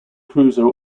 cruiser